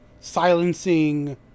silencing